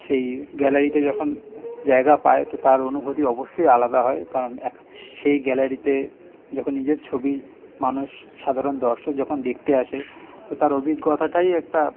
সেই গ্যালারিতে যখন জায়গা পায় তো তার অনুভূতি অবশ্যই আলাদা হয় কারণ এখ সেই গ্যালারিতে যখন নিজের ছবি মানুষ সাধারণ দর্শক যখন দেখতে আসে তো তার অভিজ্ঞতাটাই একটা